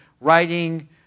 writing